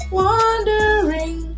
wandering